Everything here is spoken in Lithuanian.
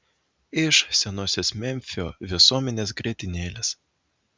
iš senosios memfio visuomenės grietinėlės